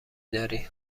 داری